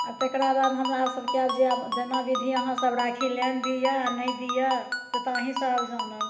आ तकरा बाद हमरासभके आब जायब जेना विधिए अहाँसभ राखि लेन दियै नहि दियै से तऽ अहीँसभ जानब